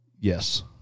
Yes